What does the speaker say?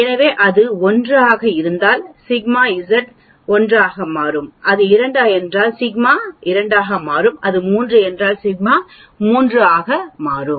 எனவே அது 1 ஆக இருந்தால் சிக்மா Z 1 ஆக மாறும் அது 2 என்றால் சிக்மா Z 2 ஆக மாறும் அது 3 என்றால் சிக்மா Z 3 ஆக மாறும்